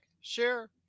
share